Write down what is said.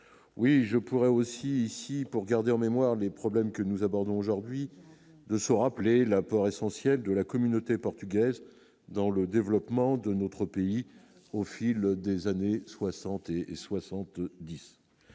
oui, je pourrais aussi ici pour garder en mémoire les problèmes que nous abordons aujourd'hui de se rappeler l'apport essentiel de la communauté portugaise dans le développement de notre pays, au fil des années 60 et et